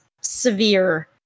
severe